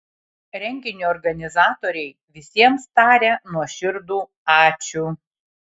renginio organizatoriai visiems taria nuoširdų ačiū